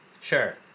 Sure